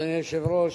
אדוני היושב-ראש,